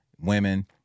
women